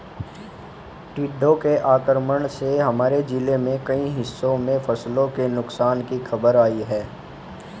टिड्डों के आक्रमण से हमारे जिले के कई हिस्सों में फसलों के नुकसान की खबर आई है